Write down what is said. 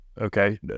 Okay